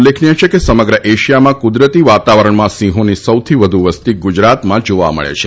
ઉલ્લેખનીય છે કે સમગ્ર એશિયામાં કુદરતી વાતાવરણમાં સિંહોની સૌથી વધુ વસતી ગુજરાતમાં જોવા મળે છે